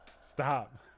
Stop